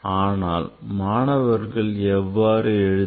ஆனால் மாணவர்கள் எவ்வாறு எழுதுவர்